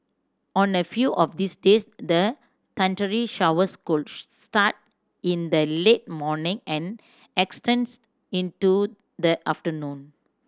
on a few of these days the thundery showers could start in the late morning and extends into the afternoon